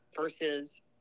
versus